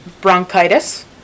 bronchitis